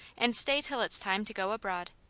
and stay till it's time to go abroad.